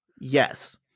yes